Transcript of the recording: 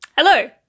Hello